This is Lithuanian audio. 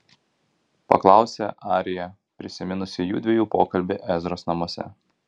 paklausė arija prisiminusi judviejų pokalbį ezros namuose